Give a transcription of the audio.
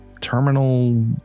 terminal